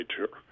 nature